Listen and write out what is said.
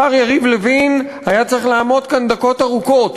השר יריב לוין היה צריך לעמוד כאן דקות ארוכות